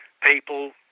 people